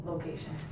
Location